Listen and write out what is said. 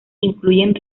incluyen